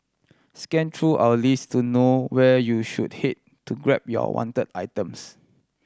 scan through our list to know where you should head to grab you are wanted items